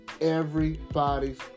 Everybody's